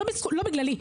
לא בגללי.